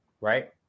Right